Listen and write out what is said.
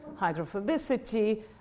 hydrophobicity